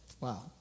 Wow